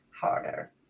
harder